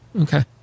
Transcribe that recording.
Okay